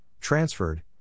transferred